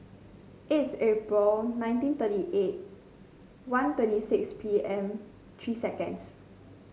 eighth April nineteen thirty eight one twenty six P M three seconds